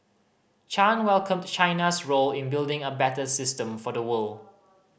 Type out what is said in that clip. Chan welcomed China's role in building a better system for the world